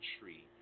tree